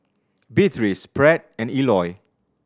Beatriz Pratt and Eloy